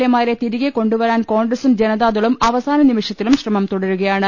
A മാരെ തിരികെ കൊണ്ടുവരാൻ കോൺഗ്രസും ജനതാദളും അവസാന നിമിഷ ത്തിലും ശ്രമം തുടരുകയാണ്